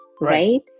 right